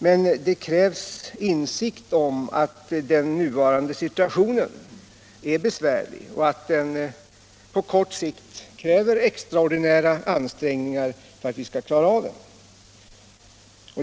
Men det krävs insikt om att den nuvarande situationen är besvärlig och på kort sikt fordrar extraordinära ansträngningar för att vi skall kunna klara av den.